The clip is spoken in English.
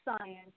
science